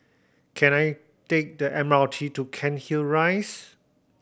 can I take the M R T to Cairnhill Rise